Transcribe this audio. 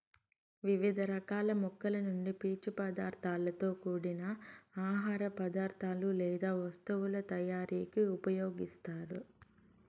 వివిధ రకాల మొక్కల నుండి పీచు పదార్థాలతో కూడిన ఆహార పదార్థాలు లేదా వస్తువుల తయారీకు ఉపయోగిస్తారు